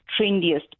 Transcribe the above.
trendiest